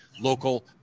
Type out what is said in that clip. local